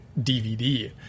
DVD